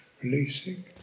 releasing